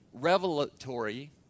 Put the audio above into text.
revelatory